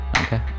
Okay